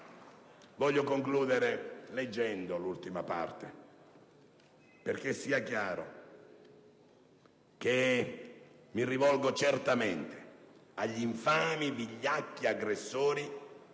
Voglio concludere leggendo l'ultima parte perché sia chiaro, e mi rivolgo certamente agli infami, vigliacchi aggressori